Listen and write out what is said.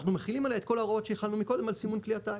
אנחנו מחילים עליה את כל ההוראות שהחלנו מקודם על סימון כלי הטייס,